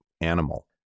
animal